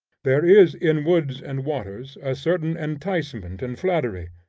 there is in woods and waters a certain enticement and flattery,